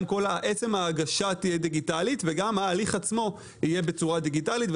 עצם ההגשה יהיה דיגיטלי וגם ההליך עצמו יהיה בצורה דיגיטלית.